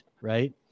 right